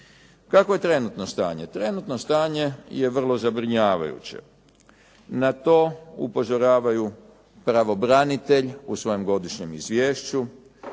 Kakvo je trenutno stanje? Trenutno stanje je vrlo zabrinjavajuće. Na to upozoravaju pravobranitelj u svojem godišnjem izvješću,